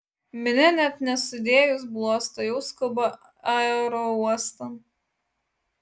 minia net nesudėjus bluosto jau skuba aerouostan